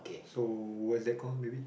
so what's that call maybe